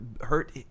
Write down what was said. hurt